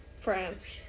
France